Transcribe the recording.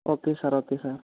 okay sir okay sir